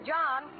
John